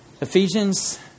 Ephesians